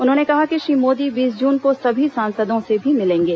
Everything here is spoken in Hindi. उन्होंने कहा कि श्री मोदी बीस जून को सभी सांसदों से भी मिलेंगे